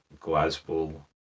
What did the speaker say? Glasgow